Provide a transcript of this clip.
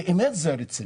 זה באמת רציני?